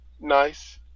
nice